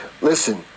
Listen